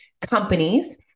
companies